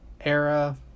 era